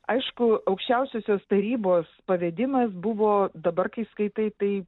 aišku aukščiausiosios tarybos pavedimas buvo dabar kai skaitai tai